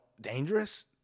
dangerous